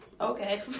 Okay